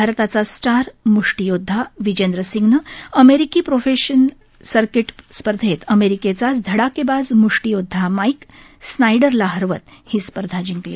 भारताचा स्टार म्ष्टीयोद्धा विजेंद्र सिंहनं अमेरिकी प्रोफेशनल सर्किट स्पर्धेत अमेरिकेचाच धडाकेबाज म्ष्टीयोदधा माईक स्नाइडरला हरवत ही स्पर्धा जिंकली